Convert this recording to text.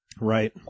Right